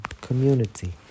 community